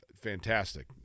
fantastic